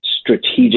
strategic